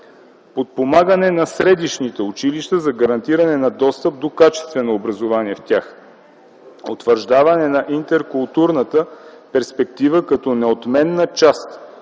подпомагане на средищните училища за гарантиране на достъп до качествено образование в тях; - утвърждаване на интеркултурната перспектива като неотменна част